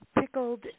Pickled